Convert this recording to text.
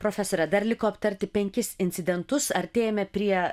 profesore dar liko aptarti penkis incidentus artėjame prie